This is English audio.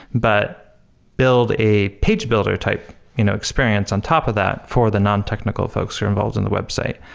but build a page builder type you know experience on top of that for the non-technical folks who are involved in the website?